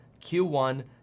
Q1